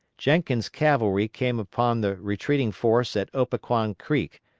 jenkins' cavalry came upon the retreating force at opequan creek,